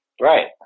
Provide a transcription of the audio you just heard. Right